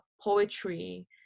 poetry